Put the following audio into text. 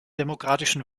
demokratischen